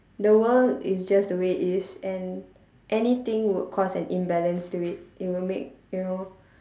the world is just the way it is and anything would cause an imbalance to it it will make you know